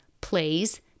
plays